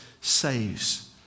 saves